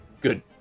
good